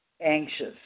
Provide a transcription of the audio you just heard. Anxious